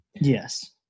Yes